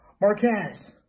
Marquez